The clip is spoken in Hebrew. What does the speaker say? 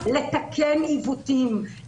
לתקן עיוותים,